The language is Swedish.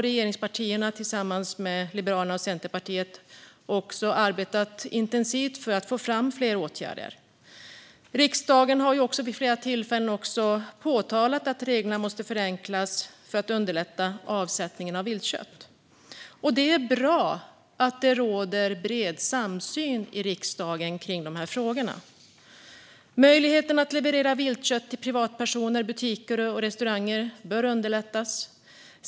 Regeringspartierna tillsammans med Liberalerna och Centerpartiet har också arbetat intensivt för att få fram fler åtgärder. Riksdagen har vid flera tillfällen påtalat att reglerna måste förenklas för att underlätta avsättningen för viltkött. Det är bra att det råder bred samsyn i riksdagen i dessa frågor. Att leverera viltkött till privatpersoner, butiker och restauranger bör underlättas.